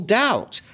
doubt